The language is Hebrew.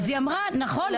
אז היא אמרה, נכון.